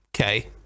Okay